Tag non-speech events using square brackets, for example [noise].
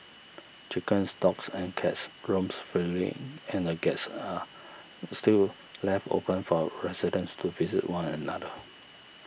chickens dogs and cats roams freely and the gates are still [noise] left open for residents to visit one another